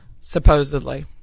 Supposedly